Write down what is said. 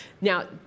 Now